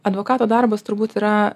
advokato darbas turbūt yra